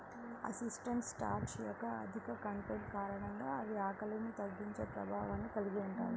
resistant starch యొక్క అధిక content కారణంగా అవి ఆకలిని తగ్గించే ప్రభావాన్ని కలిగి ఉంటాయి